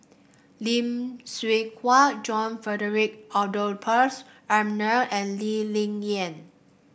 Lim Hwee Hua John Frederick Adolphus McNair and Lee Ling Yen